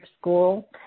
school